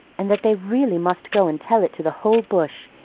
and that they really must go and tell it to the whole bush.